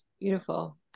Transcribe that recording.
beautiful